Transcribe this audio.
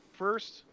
first